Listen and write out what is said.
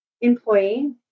employee